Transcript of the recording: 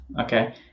Okay